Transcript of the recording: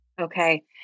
Okay